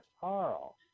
Carl